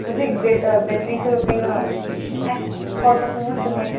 ꯍꯧꯖꯤꯛ ꯕꯦꯇ꯭ꯔꯤꯁꯨ ꯀꯩꯅꯣ ꯑꯁ ꯐꯣꯔ ꯄꯥꯔꯁꯦꯟ ꯈꯛꯇꯅꯤ